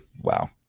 Wow